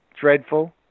dreadful